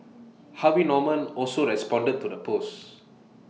Harvey Norman also responded to the post